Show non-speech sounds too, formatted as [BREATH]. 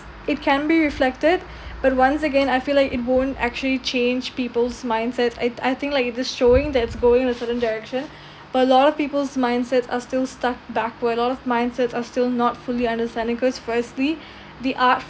it can be reflected [BREATH] but once again I feel like it won't actually change people's mindsets I I think like it's showing that's going in a certain direction [BREATH] but a lot of people's mindsets are still stuck backward a lot of mindsets are still not fully understanding cause firstly [BREATH] the art